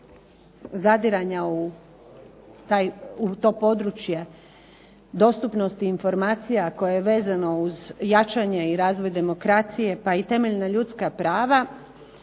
zadiranja u to područje dostupnosti informacija koje je vezano uz jačanje i razvoj demokracije, pa i temeljna ljudska prava,